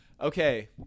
Okay